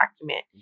document